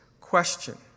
question